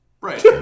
Right